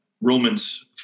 Romans